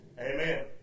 amen